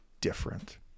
different